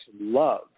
love